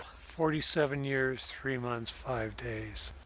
forty seven years, three months, five days.